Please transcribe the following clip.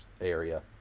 area